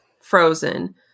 frozen